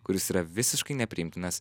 kuris yra visiškai nepriimtinas